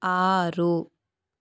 ಆರು